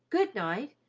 good-night,